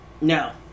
No